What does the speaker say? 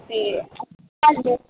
ते कल्ल